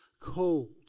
cold